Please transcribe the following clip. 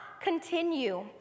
continue